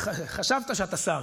חשבת שאתה שר,